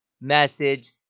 Message